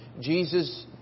Jesus